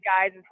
guys